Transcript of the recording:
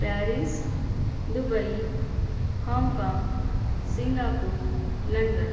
Paris Dubai Hong Kong Singapore London